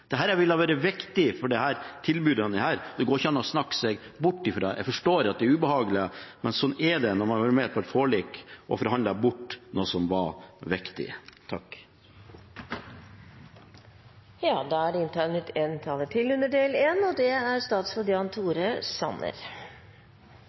vært viktig for tilbudene deres. Det går ikke an å snakke seg bort ifra det. Jeg forstår at det er ubehagelig, men slik er det når man har vært med på et forlik og forhandlet bort noe som var viktig. La meg starte med å takke for en